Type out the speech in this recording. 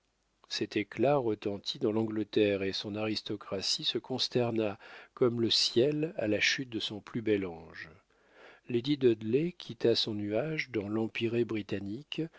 cet éclat retentit dans l'angleterre et son aristocratie se consterna comme le ciel à la chute de son plus bel ange lady dudley quitta son nuage dans l'empirée britannique